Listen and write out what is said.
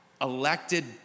elected